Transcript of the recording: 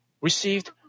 received